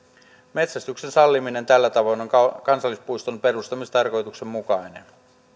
metsästyksen salliminen tällä tavoin on kansallispuiston perustamistarkoituksen mukainen